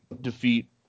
defeat